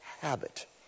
habit